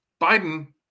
Biden